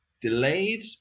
delayed